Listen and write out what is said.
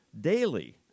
daily